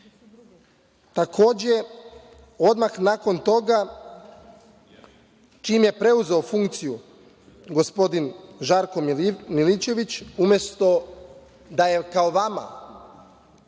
odmah nakon toga čim je preuzeo funkciju gospodin Žarko Milićević, umesto da je kao vama,